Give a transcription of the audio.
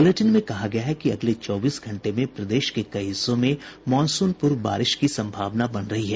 bulletin में कहा गया है कि अगले चौबीस घंटे में प्रदेश के कई हिस्सों में मॉनसून पूर्व बारिश की संभावना बन रही है